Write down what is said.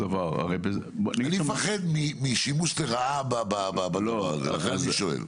אני מפחד משימוש לרעה בדבר הזה, לכן אני שואל.